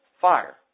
fire